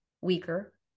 weaker